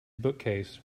bookcase